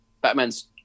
Batman's